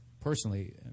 personally